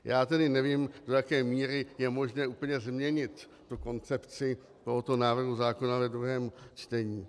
Já tedy nevím, do jaké míry je možné úplně změnit koncepci tohoto návrhu zákona ve druhém čtení.